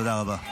תודה רבה.